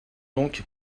donc